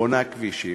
בונה כבישים,